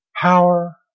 power